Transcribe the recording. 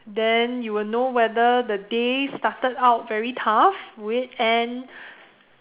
then you will know whether the day started out very tough will it end